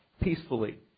peacefully